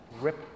Rip